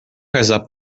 rezar